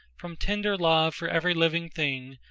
from tender love for every living thing,